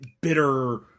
bitter